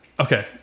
Okay